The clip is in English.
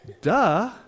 Duh